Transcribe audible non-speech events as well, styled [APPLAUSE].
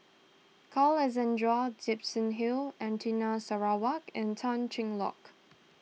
Carl [UNINTELLIGIBLE] Gibson Hill Anita Sarawak and Tan Cheng Lock